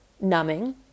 numbing